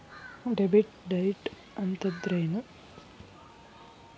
Debit diet ಅಂತಂದ್ರೇನು?